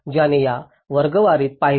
ज्याने या वर्गवारीत पाहिले